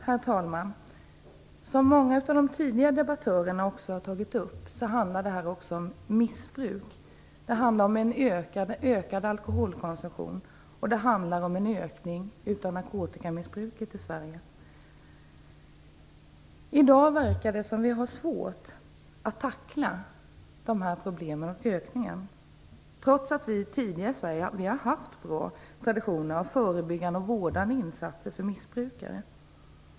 Herr talman! Som många av de tidigare debattörerna har tagit upp handlar detta också om missbruk. Det handlar om en ökad alkoholkonsumtion och en ökning av narkotikamissbruket i Sverige. I dag verkar det som om vi har svårt att tackla dessa problem och ökningen av dem. Detta trots att vi tidigare i Sverige har haft bra traditioner av förebyggande och vårdande insatser för missbrukare.